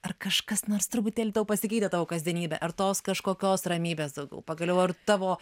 ar kažkas nors truputėlį tau pasikeitė tavo kasdienybė ar tos kažkokios ramybės daugiau pagaliau ar tavo